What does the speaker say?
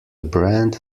brand